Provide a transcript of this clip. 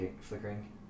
flickering